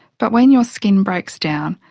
but when your skin breaks down,